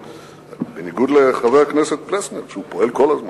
בניגוד לחבר הכנסת פלסנר, שהוא פועל כל הזמן.